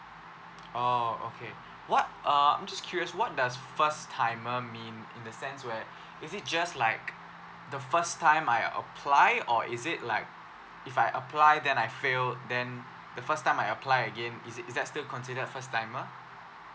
oh okay what uh I'm just curious what does first timer mean in the sense where is it just like the first time I apply or is it like if I apply then I fail then the first time I apply again is it is that still consider first timer